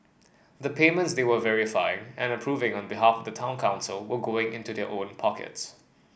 the payments they were verifying and approving on behalf of the town council were going into their own pockets